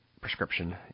Prescription